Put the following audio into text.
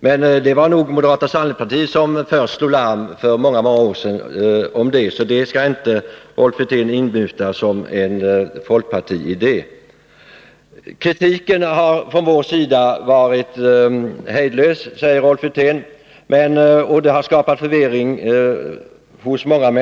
Men det var moderata samlingspartiet som först slog larm om det för många många år sedan, så det skall inte Rolf Wirtén inmuta som en folkpartiidé. Kritiken har från vår sida varit hejdlös, säger Rolf Wirtén, och det har skapat förvirring hos många människor.